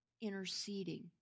interceding